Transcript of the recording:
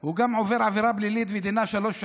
הוא גם עובר עבירה פלילית שדינה שלוש שנים?